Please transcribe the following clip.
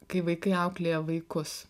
kai vaikai auklėja vaikus